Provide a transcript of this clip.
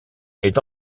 est